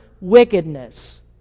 wickedness